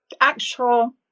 actual